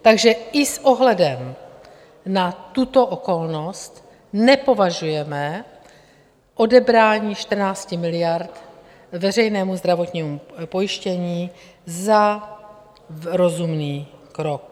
Takže i s ohledem na tuto okolnost nepovažujeme odebrání 14 miliard veřejnému zdravotnímu pojištění za rozumný krok.